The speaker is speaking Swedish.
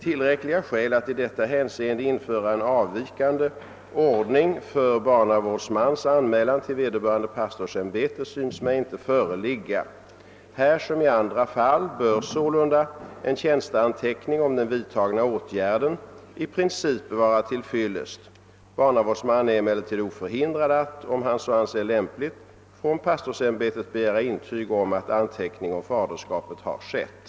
Tillräckliga skäl att i detta hänseende införa en avvikande ordning för barnavårdsmans anmälan till vederbörande pastorsämbete synes mig inte föreligga. Här som i andra fall bör sålunda en tjänsteanteckning om den vidtagna åtgärden i princip vara till fyllest. Barnavårdsman är emellertid oförhindrad att, om han så anser lämpligt, från pastorsämbetet begära intyg om att anteckning om faderskapet har skett.